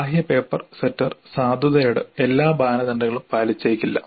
ബാഹ്യ paper setter സാധുതയുടെ എല്ലാ മാനദണ്ഡങ്ങളും പാലിച്ചേക്കില്ല